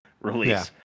release